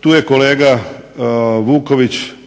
Tu je kolega Vuković